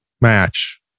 match